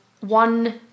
one